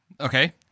Okay